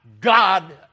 God